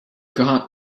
got